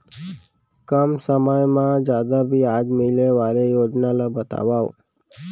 कम समय मा जादा ब्याज मिले वाले योजना ला बतावव